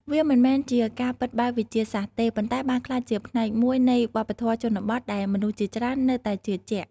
វាមិនមែនជាការពិតបែបវិទ្យាសាស្ត្រទេ ប៉ុន្តែបានក្លាយជាផ្នែកមួយនៃវប្បធម៌ជនបទដែលមនុស្សជាច្រើននៅតែជឿជាក់។